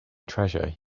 treasure